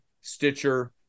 Stitcher